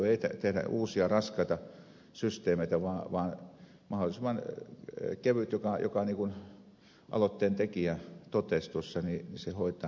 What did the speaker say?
ei tehdä uusia raskaita systeemeitä vaan mahdollisimman kevyt minkä aloitteen tekijä totesi tuossa